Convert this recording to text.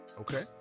okay